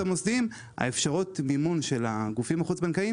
המוסדיים אפשרויות המימון של הגופים החוץ בנקאיים